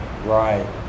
Right